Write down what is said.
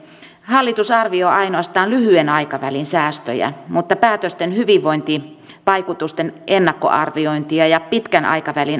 hallitus arvioi ainoastaan lyhyen aikavälin säästöjä mutta päätösten hyvinvointivaikutusten ennakkoarviointia ja pitkän aikavälin arviointia ei ole tehty